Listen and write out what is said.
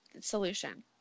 solution